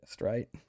right